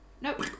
Nope